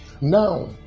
Now